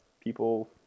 people